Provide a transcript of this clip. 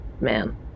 man